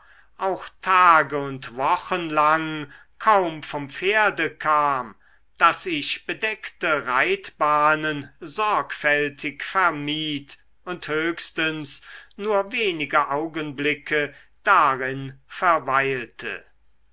auch tage und wochen lang kaum vom pferde kam daß ich bedeckte reitbahnen sorgfältig vermied und höchstens nur wenig augenblicke darin verweilte